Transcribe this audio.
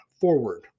forward